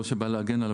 לא שאני בא להגן עליו,